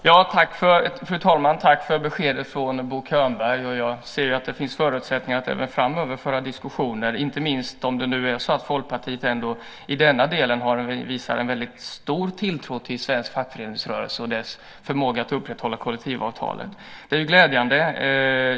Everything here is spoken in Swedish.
Fru talman! Tack för beskedet från Bo Könberg. Jag ser att det finns förutsättningar för att föra diskussioner även framöver, inte minst om nu Folkpartiet i denna del visar stor tilltro till svensk fackföreningsrörelse och dess förmåga att upprätthålla kollektivavtalen. Det är glädjande.